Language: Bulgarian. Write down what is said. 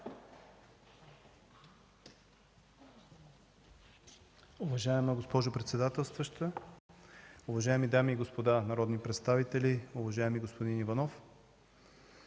Уважаеми господин председателстващ, уважаеми дами и господа народни представители, уважаеми господин Кутев!